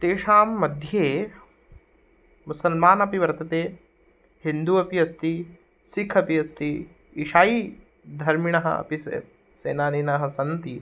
तेषां मध्ये मुसल्मान् अपि वर्तते हिन्दू अपि अस्ति सिख् अपि अस्ति इषायि धर्मिणः अपि से सेनानिनः सन्ति